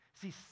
See